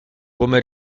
come